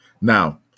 Now